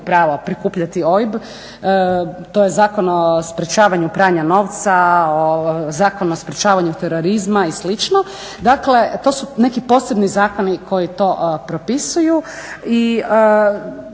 pravo prikupljati OIB. To je Zakon o sprečavanju pranja novca, Zakon o sprečavanju terorizma i slično. Dakle to su neki posebni zakoni koji to propisuju.